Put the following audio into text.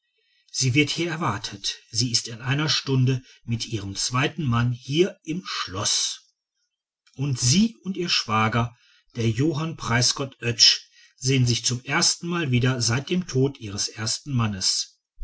sie wird hier erwartet sie ist in einer stunde mit ihrem zweiten mann hier im schloß und sie und ihr schwager der johann preisgott oetsch sehen sich zum erstenmal wieder seit dem tode ihres ersten mannes